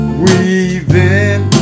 weaving